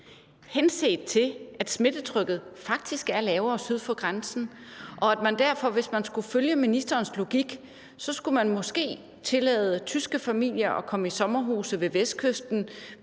henset til at smittetrykket faktisk er lavere syd for grænsen, og at man derfor, hvis man skulle følge ministerens logik, måske skulle tillade tyske familier at komme i sommerhuse ved Vestkysten